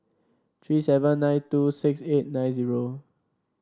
three seven nine two six eight nine zero